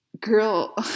Girl